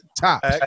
top